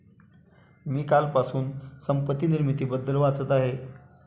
मी कालपासून संपत्ती निर्मितीबद्दल वाचत आहे